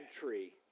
tree